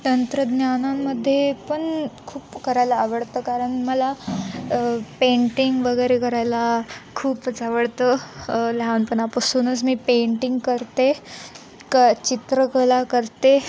तंत्रज्ञानांमध्ये पण खूप करायला आवडतं कारण मला पेंटिंग वगैरे करायला खूपच आवडतं लहानपणापासूनच मी पेंटिंग करते क चित्रकला करते